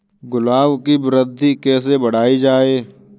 गुलाब की वृद्धि कैसे बढ़ाई जाए?